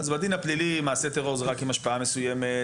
בדין הפלילי מעשה טרור זה רק עם השפעה מסוימת,